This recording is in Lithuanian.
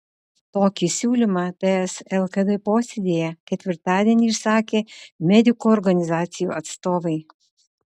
tokį siūlymą ts lkd posėdyje ketvirtadienį išsakė medikų organizacijų atstovai